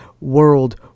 World